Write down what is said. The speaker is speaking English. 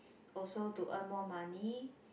also to earn more money